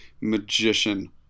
magician